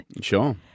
Sure